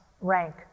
rank